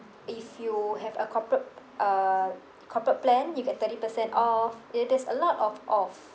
if you have a corporate uh corporate plan you get thirty percent off ya there's a lot of off